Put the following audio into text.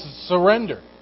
surrender